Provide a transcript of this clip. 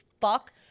fuck